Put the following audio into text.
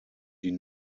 die